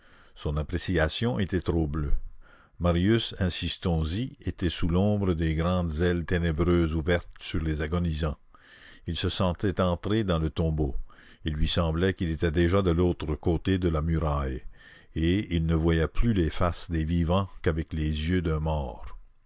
son appréciation était trouble marius insistons y était sous l'ombre des grandes ailes ténébreuses ouvertes sur les agonisants il se sentait entré dans le tombeau il lui semblait qu'il était déjà de l'autre côté de la muraille et il ne voyait plus les faces des vivants qu'avec les yeux d'un mort